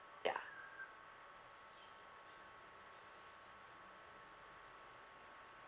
ya